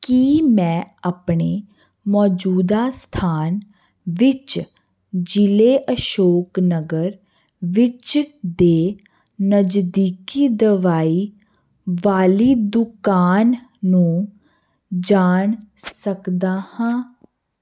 ਕੀ ਮੈਂ ਆਪਣੇ ਮੌਜੂਦਾ ਸਥਾਨ ਵਿੱਚ ਜ਼ਿਲ੍ਹੇ ਅਸ਼ੋਕ ਨਗਰ ਵਿੱਚ ਦੇ ਨਜ਼ਦੀਕੀ ਦਵਾਈ ਵਾਲੀ ਦੁਕਾਨ ਨੂੰ ਜਾਣ ਸਕਦਾ ਹਾਂ